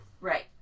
Right